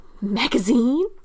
magazine